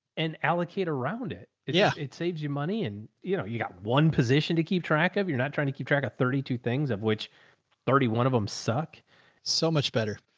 and allocate around it. yeah. it saves you money. and you know, you got one position to keep track of. you're not trying to keep track of thirty two things of which thirty one of them suck so much better.